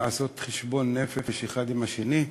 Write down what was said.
לעשות חשבון נפש אחד עם השני,